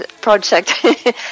project